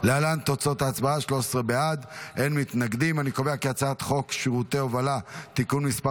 להעביר את הצעת חוק שירותי הובלה (תיקון מס'